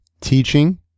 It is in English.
Teaching